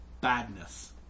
badness